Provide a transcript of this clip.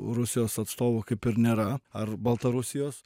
rusijos atstovų kaip ir nėra ar baltarusijos